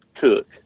cook